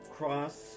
cross